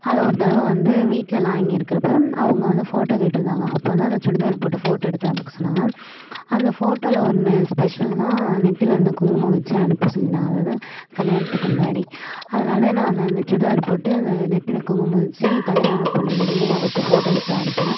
அது ஒரு தடவ வந்து வீட்டில் நான் இங்கே இருக்கிறப்ப அவங்க வந்த ஃபோட்டோ கேட்டிருந்தாங்க அப்போ தான் அந்த சுடிதார் போட்டு ஃபோட்டோ எடுத்து அனுப்ப சொன்னாங்க அந்த ஃபோட்டோவில் ஒன்று ஸ்பெஷல்னா நெத்தியில் வந்து குங்குமம் வெச்சு அனுப்ப சொல்லியிருந்தாங்க அதாவது கல்யாணத்துக்கு முன்னாடி அதனால் நான் அந்த அந்த சுடிதார் போட்டு அந்த நெத்தியில் குங்குமம் வெச்சி கல்யாணம் ஆனப் பொண்ணு மாரியே அவருக்கு ஃபோட்டோ எடுத்து அனுப்பினேன்